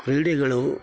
ಕ್ರೀಡೆಗಳು